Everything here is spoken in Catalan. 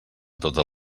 totes